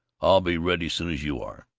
i'll be ready soon s you are.